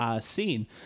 scene